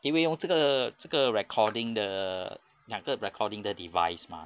因为用这个这个 recording 的两个 recording 的 device mah